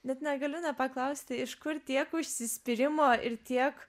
bet negaliu nepaklausti iš kur tiek užsispyrimo ir tiek